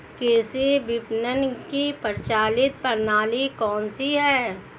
कृषि विपणन की प्रचलित प्रणाली कौन सी है?